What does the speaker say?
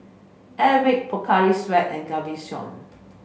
Airwick Pocari Sweat and Gaviscon